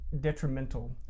detrimental